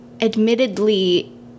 admittedly